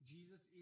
Jesus